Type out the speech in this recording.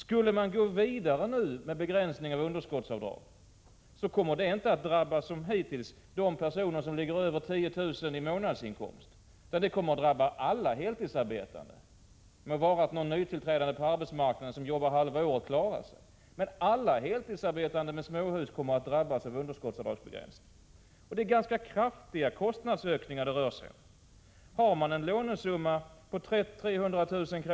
Skulle man nu gå vidare med begränsning av underskottsavdragen, kommer detta inte att drabba de personer som ligger över 10 000 kr. i månadsinkomst som hittills, utan det kommer att drabba alla heltidsarbetande — må vara att någon nytillträdd på arbetsmarknaden som arbetar halvtid klarar sig. Alltså: alla heltidsarbetande med småhus kommer att drabbas av underskottsavdragsbegränsning. Det rör sig om ganska kraftiga kostnadsökningar. Har man en lånesumma på 300 000 kr.